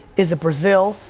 is it brazil?